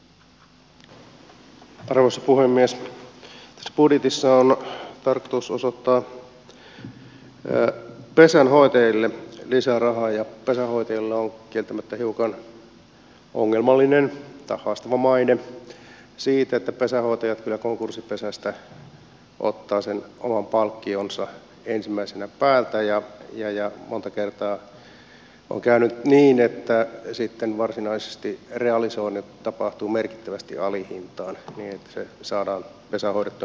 tässä budjetissa on tarkoitus osoittaa pesänhoitajille lisärahaa ja pesänhoitajilla on kieltämättä hiukan ongelmallinen tai haastava maine siinä että pesänhoitajat kyllä konkurssipesästä ottavat sen oman palkkionsa ensimmäisenä päältä ja monta kertaa on käynyt niin että sitten varsinaisesti realisoinnit tapahtuvat merkittävästi alihintaan niin että se pesä saadaan hoidettua mahdollisimman nopeasti